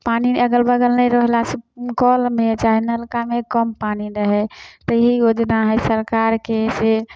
पानी अगल बगल नहि रहलासँ कलमे चाहे नलकामे कम पानी दै है तऽ इहे योजना है सरकारके से